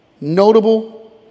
notable